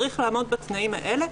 צריך לעמוד בתנאים האלה.